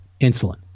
insulin